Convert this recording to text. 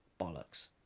bollocks